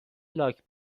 لاک